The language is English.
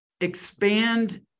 expand